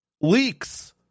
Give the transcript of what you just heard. Leaks